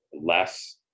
less